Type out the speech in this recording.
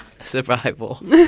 Survival